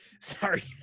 sorry